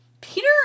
Peter